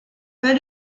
pas